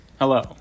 hello